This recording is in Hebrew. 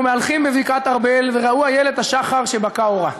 מהלכים בבקעת-ארבל וראו איילת השחר שבקע אורה.